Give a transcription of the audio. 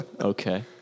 Okay